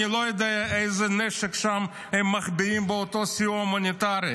אני לא יודע איזה נשק הם מחביאים שם באותו סיוע הומניטרי.